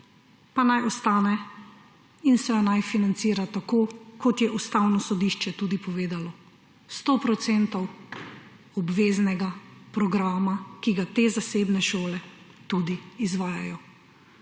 pa naj ostane in se naj financira tako, kot je Ustavno sodišče tudi povedalo – sto procentov obveznega programa, ki ga te zasebne šole tudi izvajajo.